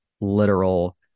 literal